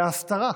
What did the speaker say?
וההסתרה,